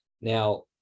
Now